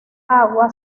agua